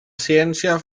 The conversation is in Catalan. ciència